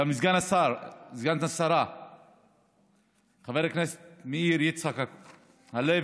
וגם לסגן השרה חבר הכנסת מאיר יצחק הלוי.